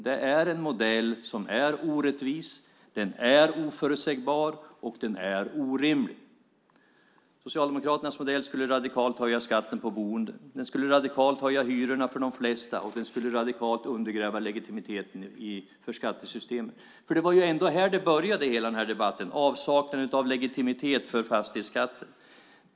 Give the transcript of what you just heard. Det är en modell som är orättvis, oförutsägbar och orimlig. Socialdemokraternas modell skulle radikalt höja skatten på boende. Den skulle radikalt höja hyrorna för de flesta, och den skulle radikalt undergräva legitimiteten i skattesystemet. Det var ju ändå här hela den här debatten började - avsaknaden av legitimitet för fastighetsskatten.